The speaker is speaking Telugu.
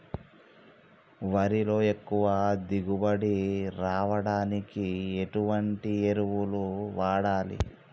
వరిలో ఎక్కువ దిగుబడి రావడానికి ఎటువంటి ఎరువులు వాడాలి?